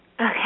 Okay